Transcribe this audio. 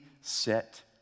set